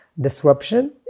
disruption